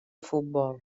futbol